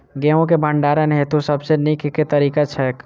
गेंहूँ केँ भण्डारण हेतु सबसँ नीक केँ तरीका छै?